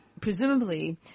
presumably